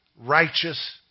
righteous